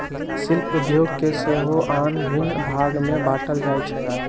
शिल्प उद्योग के सेहो आन भिन्न भाग में बाट्ल जाइ छइ